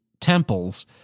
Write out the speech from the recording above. temples